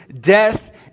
death